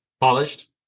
polished